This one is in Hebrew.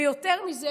ויותר מזה,